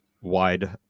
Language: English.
wide